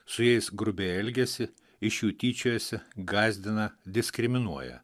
su jais grubiai elgiasi iš jų tyčiojasi gąsdina diskriminuoja